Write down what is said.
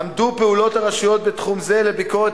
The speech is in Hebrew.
עמדו פעולות הרשויות בתחום זה לביקורת